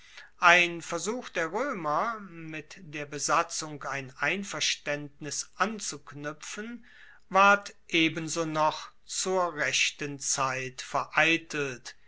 ein versuch der roemer mit der besatzung ein einverstaendnis anzuknuepfen ward ebenso noch zur rechten zeit vereitelt